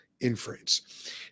inference